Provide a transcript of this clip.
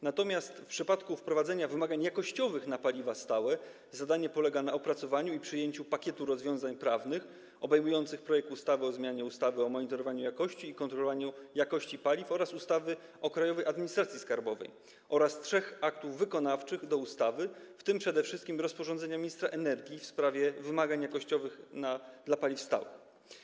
Natomiast w przypadku wprowadzenia wymagań jakościowych na paliwa stałe zadanie polega na opracowaniu i przyjęciu pakietu rozwiązań prawnych obejmujących projekt ustawy o zmianie ustawy o monitorowaniu jakości i kontrolowaniu jakości paliw oraz ustawy o Krajowej Administracji Skarbowej oraz trzech aktów wykonawczych do ustawy, w tym przede wszystkim rozporządzenia ministra energii w sprawie wymagań jakościowych dotyczących paliw stałych.